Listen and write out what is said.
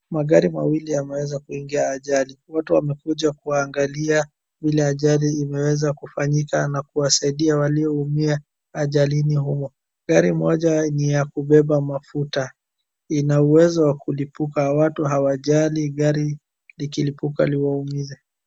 Magari mawili yameweza kuingia ajali. Watu wamekuja kuangalia vile ajali imeweza kufanyika na kuwasaidia walioumia ajalini humo. Gari moja ni ya kubebe mafuta, ina uwezo wa kulipuka. Watu hawajali gari likilipuka liwaumize.